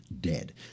dead